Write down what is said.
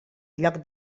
lloc